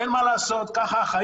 אין מה לעשות, כך החיים.